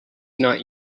not